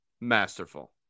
masterful